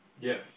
Yes